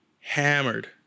hammered